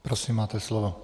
Prosím, máte slovo.